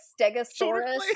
stegosaurus